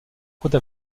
côte